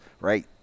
right